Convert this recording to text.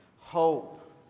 Hope